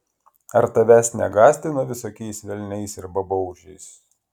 ar tavęs negąsdino visokiais velniais ir babaužiais